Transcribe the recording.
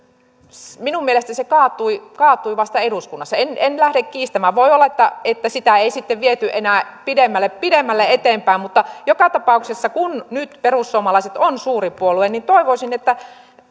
minun mielestäni se kaatui kaatui vasta eduskunnassa en en lähde kiistämään voi olla että sitä ei sitten viety enää pidemmälle pidemmälle eteenpäin mutta joka tapauksessa kun nyt perussuomalaiset on suuri puolue niin toivoisin että